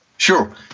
sure